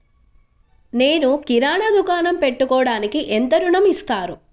నేను కిరాణా దుకాణం పెట్టుకోడానికి ఎంత ఋణం ఇస్తారు?